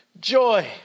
Joy